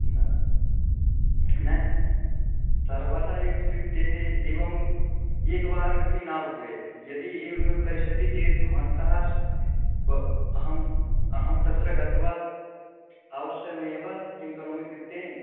न न सर्वदा इत्युक्ते एवम् एकवारमपि न भवेत् यदि एवमेव करिष्यति चेद्भवन्तः श् ब् अहम् अहं तत्र गत्वा अवश्यमेव किं करोमि इत्युक्ते